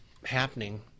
happening